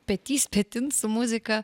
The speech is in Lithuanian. petys petin su muzika